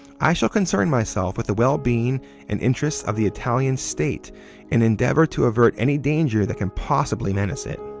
i shall concern myself with the well-being and interests of the italian state and endeavor to avert any danger that can possibly menace it.